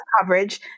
coverage